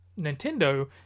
nintendo